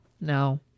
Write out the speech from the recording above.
No